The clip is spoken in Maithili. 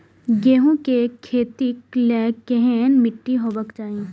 गेहूं के खेतीक लेल केहन मीट्टी हेबाक चाही?